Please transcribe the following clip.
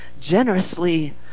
generously